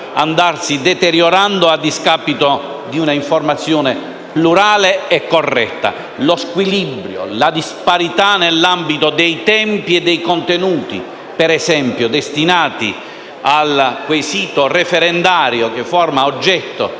andare deteriorandosi a discapito di un'informazione plurale e corretta. Lo squilibrio, la disparità nell'ambito dei tempi e dei contenuti, per esempio, destinati al quesito referendario che forma oggetto